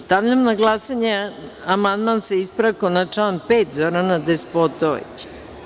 Stavljam na glasanje amandman, sa ispravkom, na član 5. Zorana Despotovića.